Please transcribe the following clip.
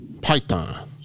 python